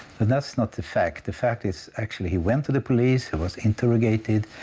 and that's not the fact. the fact is, actually he went to the police. he was interrogated.